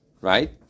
right